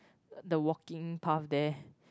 the walking path there